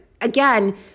again